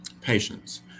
Patience